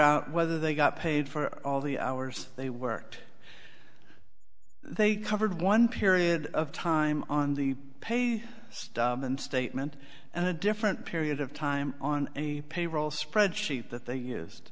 out whether they got paid for all the hours they worked they covered one period of time on the pay and statement and a different period of time on the payroll spreadsheet that they used